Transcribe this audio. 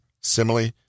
simile